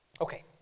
Okay